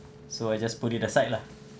so I just put it aside lah